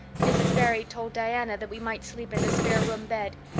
mrs. barry told diana that we might sleep in the spare-room bed.